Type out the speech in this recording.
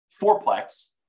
fourplex